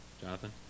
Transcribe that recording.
Jonathan